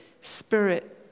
spirit